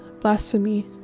blasphemy